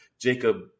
Jacob